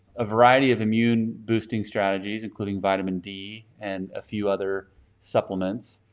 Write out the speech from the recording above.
a variety of immune boosting strategies, including vitamin d and a few other supplements,